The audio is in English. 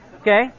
Okay